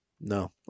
No